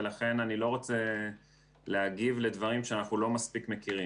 ולכן אני לא רוצה להגיב לדברים שאנחנו לא מספיק מכירים.